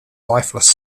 lifeless